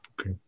Okay